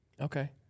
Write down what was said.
Okay